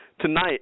Tonight